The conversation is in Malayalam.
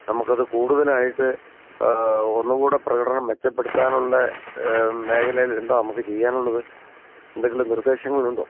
നമുക്കത് കൂടുതലായിട്ട് ഒന്നുംകൂടെ പ്രകടനം മെച്ചപ്പെടുത്താനുള്ള മേഖലയില് എന്താ നമുക്ക് ചെയ്യാനുള്ളത് എന്തെങ്കിലും നിര്ദേശങ്ങള് ഉണ്ടോ